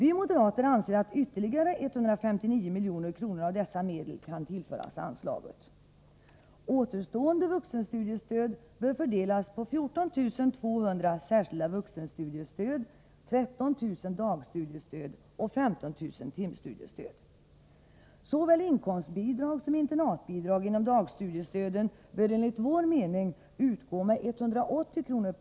Vi moderater anser att ytterligare 159 milj.kr. av dessa medel kan tillföras anslaget. Återstående vuxenstudiestöd bör fördelas på 14 200 särskilda vuxenstudiestöd, 13 000 dagstudiestöd och 15 000 timstudiestöd. Såväl inkomstbidrag som internatbidrag inom dagstudiestöden bör enligt vår mening utgå med 180 kr.